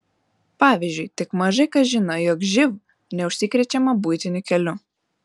pavyzdžiui tik mažai kas žino jog živ neužsikrečiama buitiniu keliu